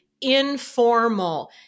informal